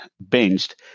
benched